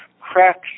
cracks